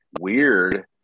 weird